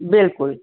बिल्कुलु